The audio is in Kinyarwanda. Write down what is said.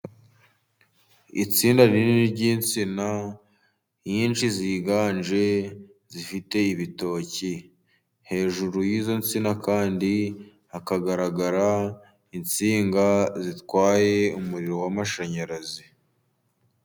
Itsinda rinini ry'insina nyinshi ziganje zifite ibitoki, hejuru y'izo nsina kandi hakagaragara insinga zitwaye umuriro w'amashanyarazi.